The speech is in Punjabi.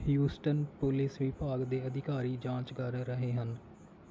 ਹਿਊਸਟਨ ਪੁਲਿਸ ਵਿਭਾਗ ਦੇ ਅਧਿਕਾਰੀ ਜਾਂਚ ਕਰ ਰਹੇ ਹਨ